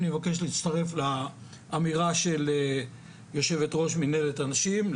אני מבקש להצטרף לאמירה של יושבת-ראש מינהלת הנשים,